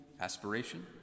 aspiration